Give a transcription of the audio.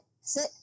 sit